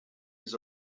his